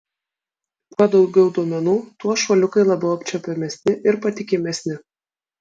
kuo daugiau duomenų tuo šuoliukai labiau apčiuopiamesni ir patikimesni